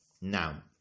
Now